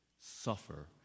suffer